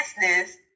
business